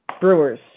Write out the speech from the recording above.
Brewers